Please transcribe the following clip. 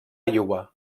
iowa